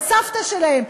את סבתא שלהם,